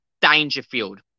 Dangerfield